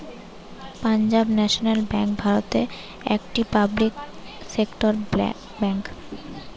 Punjab National Bank ভারতের একটি public sector bank